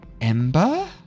ember